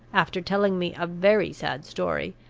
after telling me a very sad story,